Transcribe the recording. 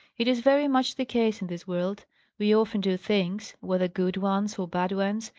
it is very much the case in this world we often do things, whether good ones or bad ones,